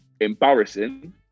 embarrassing